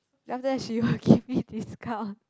then after that she would give me discount